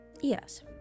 Yes